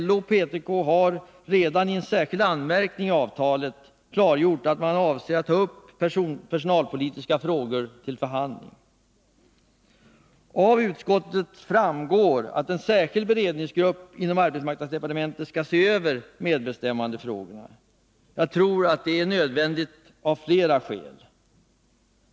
LO och PTK har redan i en särskild anmärkning i avtalet klargjort att man avser att ta upp de personalpolitiska frågorna till förhandling. Av utskottets betänkande framgår att en särskild beredningsgrupp inom arbetsmarknadsdepartementet skall se över medbestämmandefrågorna. Jag tror att detta är nödvändigt av flera skäl.